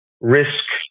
Risk